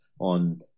on